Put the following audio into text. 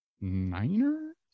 Niners